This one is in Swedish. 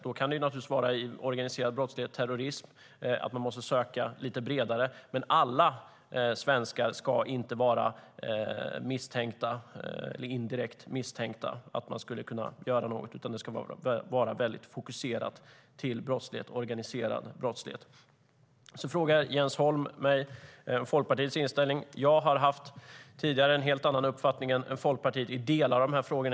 I organiserad brottslighet kan det naturligtvis vara fråga om terrorism och att man måste söka lite bredare. Men alla svenskar ska inte vara indirekt misstänka för att kunna göra något, utan det ska vara mycket fokuserat till organiserad brottslighet. Jens Holm frågar mig om Folkpartiets inställning. Jag har tidigare haft en helt annan uppfattning än Folkpartiet i delar av dessa frågor.